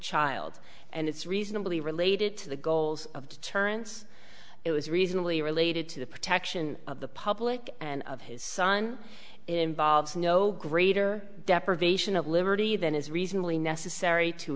child and it's reasonably related to the goals of deterrence it was reasonably related to the protection of the public and of his son it involves no greater deprivation of liberty than is reasonably necessary to